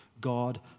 God